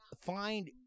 find